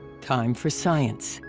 time for science.